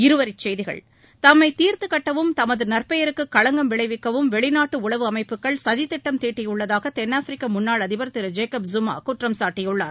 இருவரிச்செய்திகள் தம்மை தீர்த்துக் கட்டவும் தமது நற்பெயருக்கு களங்கம் விளைவிக்கவும் வெளிநாட்டு உளவு அமைப்புகள் சதித்திட்டம் தீட்டியுள்ளதாக தென்னாப்பிரிக்க முன்னாள் அதிபர் திரு ஜேக்கப் ஜூமா குற்றம் சாட்டியுள்ளார்